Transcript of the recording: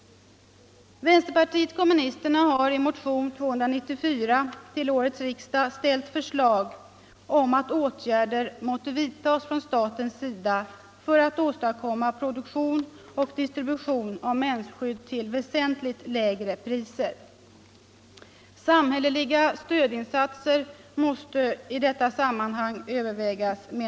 Vänsterpartiet kommunisterna har i motion 294 till årets riksdag ställt förslag om att åtgärder måtte vidtas från statens sida för att åstadkomma produktion och distribution av mensskydd till väsentligt lägre priser. Vpk menar att samhälleliga stödinsatser måste övervägas i detta sammanhang.